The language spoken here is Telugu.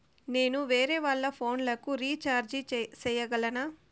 నేను వేరేవాళ్ల ఫోను లకు రీచార్జి సేయగలనా?